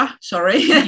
Sorry